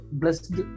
blessed